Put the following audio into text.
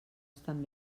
estan